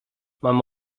mam